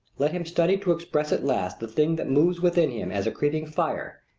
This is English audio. let him study to express at last the thing that moves within him as a creeping fire,